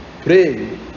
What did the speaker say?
pray